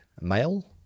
male